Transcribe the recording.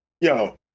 Yo